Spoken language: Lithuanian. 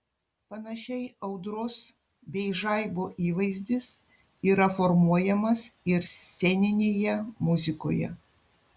panašiai audros bei žaibo įvaizdis yra formuojamas ir sceninėje muzikoje